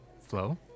flow